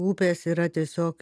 upės yra tiesiog